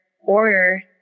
order